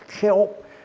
help